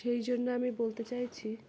সেই জন্য আমি বলতে চাইছি